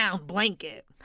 blanket